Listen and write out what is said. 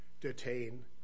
detain